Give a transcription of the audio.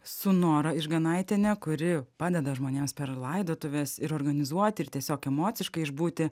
su nora išganaitiene kuri padeda žmonėms per laidotuves ir organizuoti ir tiesiog emociškai išbūti